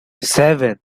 seven